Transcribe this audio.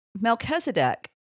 Melchizedek